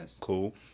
Cool